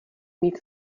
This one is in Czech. mít